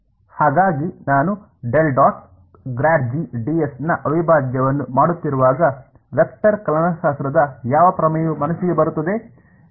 ಹಾಗಾಗಿ ನಾನು ನ ಅವಿಭಾಜ್ಯವನ್ನು ಮಾಡುತ್ತಿರುವಾಗ ವೆಕ್ಟರ್ ಕಲನಶಾಸ್ತ್ರದ ಯಾವ ಪ್ರಮೇಯವು ಮನಸ್ಸಿಗೆ ಬರುತ್ತದೆ